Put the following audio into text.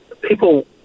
people